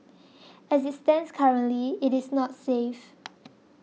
as it stands currently it is not safe